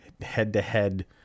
head-to-head